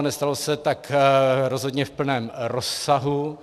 Nestalo se tak rozhodně v plném rozsahu.